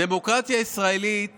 הדמוקרטיה הישראלית